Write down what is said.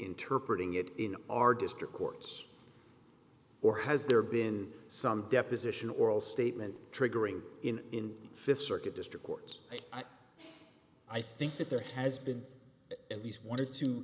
interpret ing it in our district courts or has there been some deposition oral statement triggering in fifth circuit district court i think that there has been at least one or two